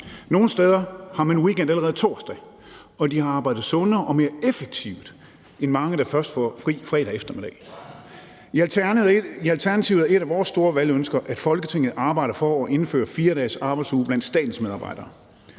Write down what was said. Nogle steder har man weekend allerede torsdag, og de har arbejdet sundere og mere effektivt end mange, der først får fri fredag eftermiddag. I Alternativet er et af vores store valgønsker, at Folketinget arbejder for at indføre 4-dagesarbejdsuge blandt statens medarbejdere,